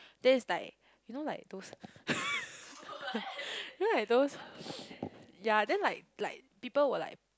then it's like you know like those you know like those yea then like like people will like